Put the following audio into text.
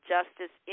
Justice